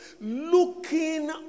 looking